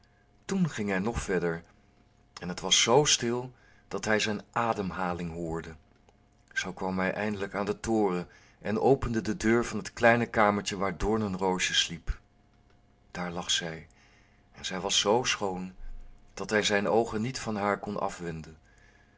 toen ging hij nog verder en het was z stil dat hij zijn ademhaling hoorde zoo kwam hij eindelijk aan den toren en opende de deur van het kleine kamertje waar doornenroosje sliep daar lag zij en zij was z schoon dat hij zijn oogen niet van haar kon afwenden